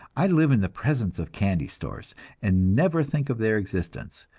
i live in the presence of candy stores and never think of their existence,